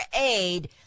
aid